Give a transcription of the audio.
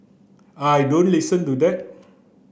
I don't listen to that